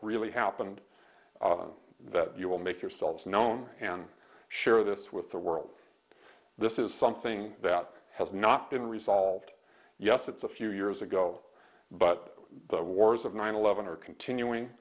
really happened that you will make yourselves known man share this with the world this is something that has not been resolved yes it's a few years ago but the wars of nine eleven are continuing